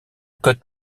code